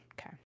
Okay